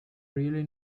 really